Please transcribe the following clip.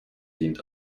dient